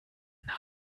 namen